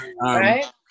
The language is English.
Right